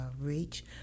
reach